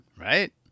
right